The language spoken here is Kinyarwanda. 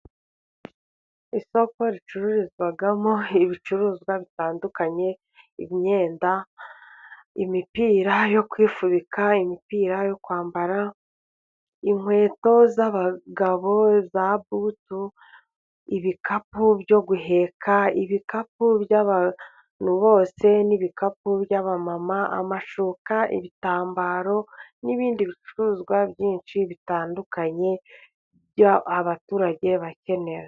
Isoko ricururizwamo ibicuruzwa bitandukanye: imyenda, imipira yo kwifubika, imipira yo kwambara, inkweto z'abagabo, iza butu, ibikapu byo guheka, ibikapu by'abantu bose, n'ibikapu by'abamama, amashuka, ibitambaro n'ibindi bicuruzwa byinshi bitandukanye, byo abaturage bakeneye.